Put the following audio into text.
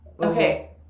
Okay